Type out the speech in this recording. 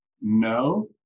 no